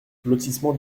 lotissement